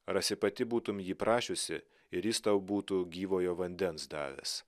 rasi pati būtum jį prašiusi ir jis tau būtų gyvojo vandens davęs